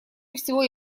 всего